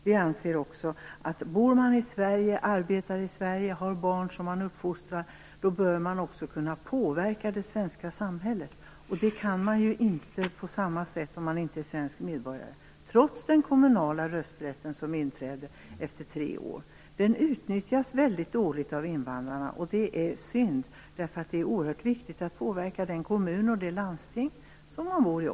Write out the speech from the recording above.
Vi anser också att om man bor i Sverige, arbetar i Sverige och har barn som man uppfostrar här, bör man också kunna påverka det svenska samhället. Det kan man ju inte göra på samma sätt om man inte är svensk medborgare, trots den kommunala rösträtten som inträder efter tre år. Den utnyttjas väldigt litet av invandrarna, vilket är synd, därför att det är oerhört viktigt att påverka den kommun man bor i och det landsting man tillhör.